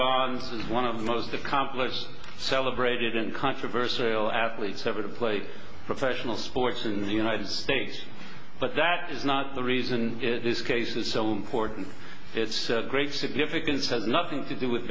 bonds is one of the most of complex celebrated and controversial athletes ever to play professional sports in the united states but that is not the reason it is case is so important it's a great significance has nothing to do with